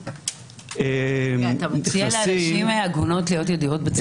רגע, אתה מציע לנשים עגונות להיות ידועות בציבור?